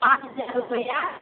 पाँच हजार रुपैआ